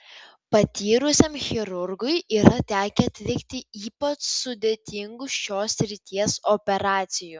patyrusiam chirurgui yra tekę atlikti ypač sudėtingų šios srities operacijų